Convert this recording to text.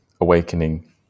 awakening